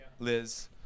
Liz